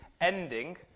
ending